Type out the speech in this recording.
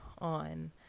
on